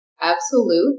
absolute